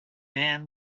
man